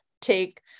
Take